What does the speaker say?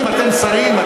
אתם שרים,